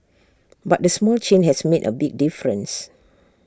but A small change has made A big difference